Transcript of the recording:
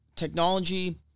Technology